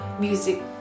music